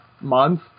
month